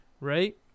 right